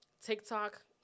TikTok